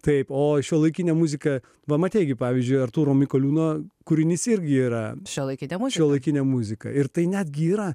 taip o šiuolaikinė muzika mama teigė pavyzdžiui artūro mikoliūno kūrinys irgi yra šiuolaikinė mūsų šiuolaikinė muzika ir tai netgi yra